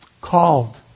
called